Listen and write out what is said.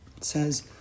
says